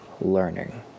learning